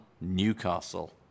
Newcastle